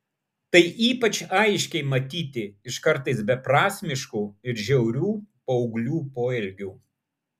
tai ypač aiškiai matyti iš kartais beprasmiškų ir žiaurių paauglių poelgių